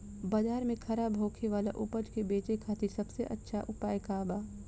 बाजार में खराब होखे वाला उपज के बेचे खातिर सबसे अच्छा उपाय का बा?